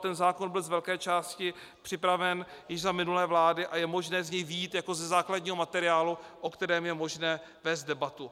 Ten zákon byl z velké části připraven již za minulé vlády a je možné z něj vyjít jako ze základního materiálu, o kterém je možné vést debatu.